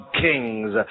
kings